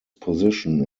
position